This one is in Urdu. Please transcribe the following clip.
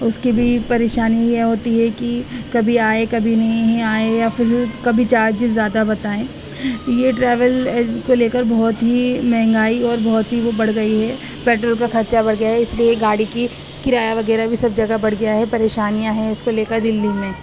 اس کی بھی پریشانی یہ ہوتی ہے کہ کبھی آئے کبھی نہیں ہی آئے یا پھر کبھی چارج زیادہ بتائیں یہ ٹریول کو لے کر بہت ہی مہنگائی اور بہت ہی وہ بڑھ گئی ہے پٹرول کا خرچہ بڑھ گیا ہے اس لیے گاڑی کی کرایہ وغیرہ بھی سب جگہ بڑھ گیا ہے پریشانیاں ہیں اس کو لے کر دلی میں